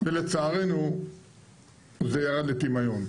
ולצערנו זה ירד לטמיון.